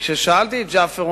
וכששאלתי את ג'עפר,